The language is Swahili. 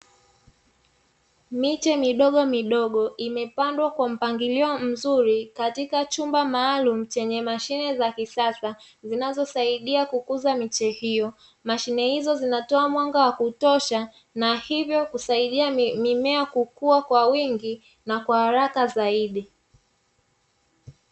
Miche midogomidogo, imepandwa kwa mpangilio mzuri katika chumba maalumu chenye mashine za kisasa, zinazosaidia kukuza miche hiyo. Mashine hizo zinatoa mwanga wa kutosha na hivyo kusaidia mimea kukua kwa wingi na kwa haraka zaidi.